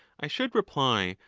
i should reply,